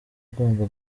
ugomba